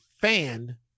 fan